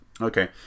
okay